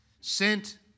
sent